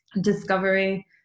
discovery